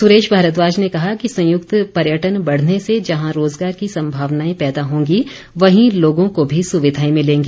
सुरेश भारद्वाज ने कहा कि संयुक्त पर्यटन बढ़ने से जहां रोजगार की संभावनाएं पैदा होंगी वहीं लोगों को भी सुविधाएं मिलेंगी